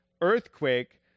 earthquake